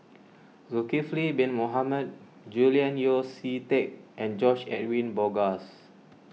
Zulkifli Bin Mohamed Julian Yeo See Teck and George Edwin Bogaars